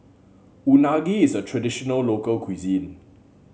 unagi is a traditional local cuisine